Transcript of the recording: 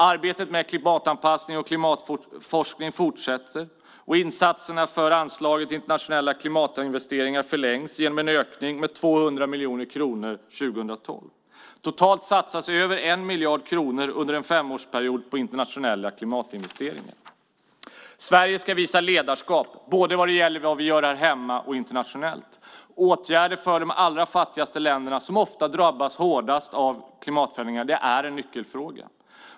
Arbetet med klimatanpassning och klimatforskning fortsätter. Insatserna för anslaget Internationella klimatinvesteringar förlängs genom en ökning med 200 miljoner kronor 2012. Totalt satsas över 1 miljard kronor under en femårsperiod på internationella klimatinvesteringar. Sverige ska visa ledarskap, både i vad vi gör här hemma och internationellt. Åtgärder för de allra fattigaste länderna som ofta drabbas hårdast av klimatförändringarna är en nyckelfråga.